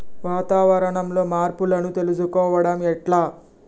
వాతావరణంలో మార్పులను తెలుసుకోవడం ఎట్ల?